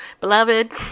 beloved